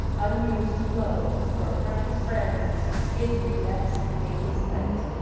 unused to flow, for precious friends hid in death's dateless night,